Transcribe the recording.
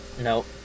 No